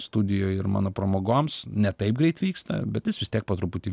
studijoj ir mano pramogoms ne taip greit vyksta bet jis vis tiek po truputį